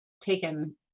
taken